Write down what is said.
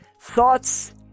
Thoughts